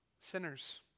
sinners